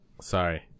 Sorry